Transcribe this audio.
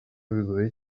bigoye